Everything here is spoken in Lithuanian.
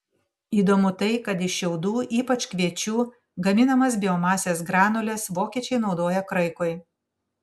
įdomu tai kad iš šiaudų ypač kviečių gaminamas biomasės granules vokiečiai naudoja kraikui